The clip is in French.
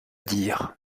dire